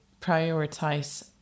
prioritize